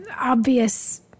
obvious